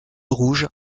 rouge